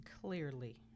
Clearly